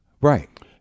Right